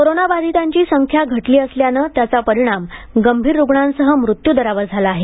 कोरोनाबाधितांची संख्या घटली असल्याने त्याचा परिणाम गंभीर रुग्णांसह मृत्यूदरावर झाला आहे